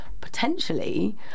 potentially